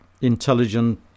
intelligent